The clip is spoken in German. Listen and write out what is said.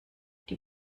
die